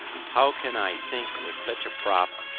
how can i sink with such a prop,